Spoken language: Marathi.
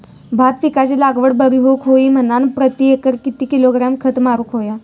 भात पिकाची लागवड बरी होऊक होई म्हणान प्रति एकर किती किलोग्रॅम खत मारुक होया?